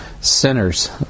sinners